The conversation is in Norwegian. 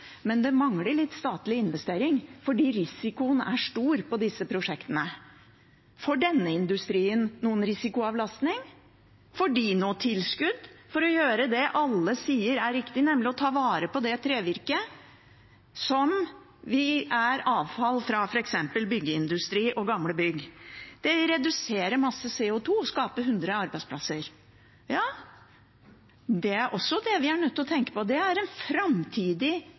men det mangler litt statlig investering, fordi risikoen er stor på disse prosjektene. Får denne industrien noen risikoavlastning? Får de noe tilskudd for å gjøre det alle sier er riktig, nemlig å ta vare på trevirket som er avfall fra f.eks. byggeindustri og gamle bygg? De reduserer masse CO 2 og skaper 100 arbeidsplasser. Det er også noe vi er nødt til å tenke på. Det er en framtidig